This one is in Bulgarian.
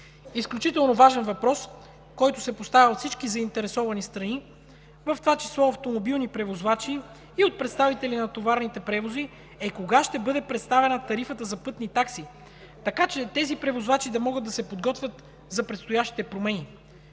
Изключително важен въпрос, който се поставя от всички заинтересовани страни, в това число автомобилни превозвачи и от представители на товарните превози, е: кога ще бъде представена тарифата за пътни такси, така че тези превозвачи да могат да се подготвят за предстоящите промени?